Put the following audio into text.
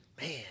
Man